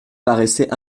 paraissait